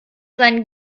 seinen